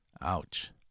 ouch